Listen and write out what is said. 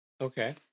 okay